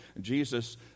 Jesus